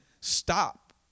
stop